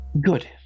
Good